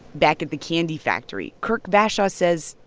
back at the candy factory, kirk vashaw says,